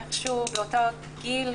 באותו גיל,